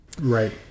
Right